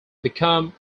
become